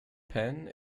penh